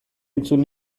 entzun